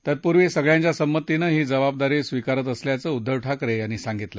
तत्पूर्वी सगळ्यांच्या संमतीनं ही जबाबदारी स्वीकारत असल्याचं उद्दव ठाकरे यांनी यावेळी सांगितलं